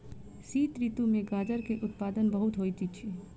शीत ऋतू में गाजर के उत्पादन बहुत होइत अछि